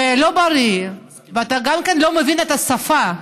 ולא בריא, אתה גם לא מבין את השפה,